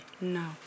No